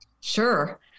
sure